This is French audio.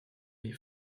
des